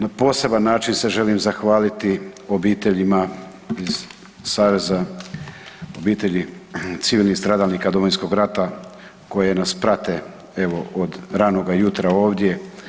Na poseban način se želim zahvaliti obiteljima iz Saveza obitelji civilnih stradalnika Domovinskog rata koje nas prate evo od ranoga jutra ovdje.